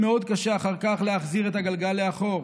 מאוד קשה אחר כך להחזיר את הגלגל לאחור",